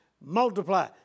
multiply